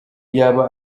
yaba